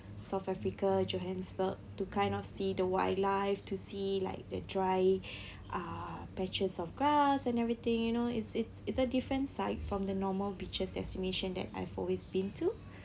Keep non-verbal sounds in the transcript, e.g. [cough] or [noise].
south africa johannesburg to kind of see the wildlife to see like the dry [breath] uh patches of grass and everything you know it's it's it's a different side from the normal beaches destination that I've always been to